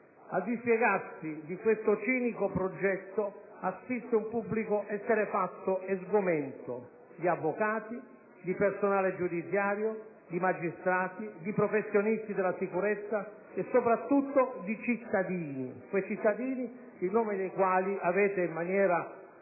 Al dispiegarsi di questo cinico progetto assiste un pubblico esterrefatto e sgomento di avvocati, di personale giudiziario, di magistrati, di professionisti della sicurezza e soprattutto di cittadini, quei cittadini a nome dei quali avete - in maniera